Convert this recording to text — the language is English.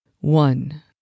One